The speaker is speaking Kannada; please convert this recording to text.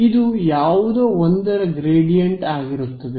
ಅದು ಯಾವುದೋ ಒಂದರ ಗ್ರೇಡಿಯಂಟ್ ಆಗಿರುತ್ತದೆ